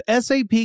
SAP